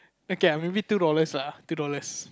okay ah maybe two dollars lah two dollars